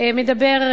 הוא דיבר,